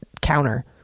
counter